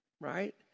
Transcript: Right